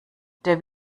der